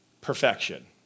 perfection